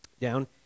down